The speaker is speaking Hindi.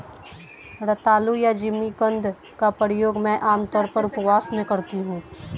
रतालू या जिमीकंद का प्रयोग मैं आमतौर पर उपवास में करती हूँ